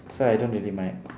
so I don't really mind